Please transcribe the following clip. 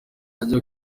ajya